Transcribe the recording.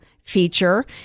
feature